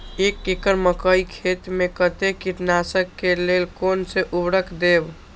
एक एकड़ मकई खेत में कते कीटनाशक के लेल कोन से उर्वरक देव?